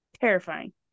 Terrifying